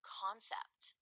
concept